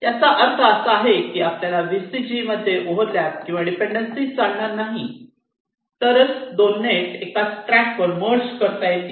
याचा अर्थ असा की आपल्याला VCG मध्ये ओव्हरलॅप किंवा डिपेंडेंसी चालनार नाही तरच 2 नेट एकाच ट्रॅक वर मर्ज करता येतील